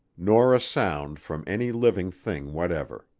nor a sound from any living thing whatever.